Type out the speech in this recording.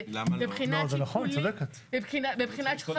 בבחינת שיקולים.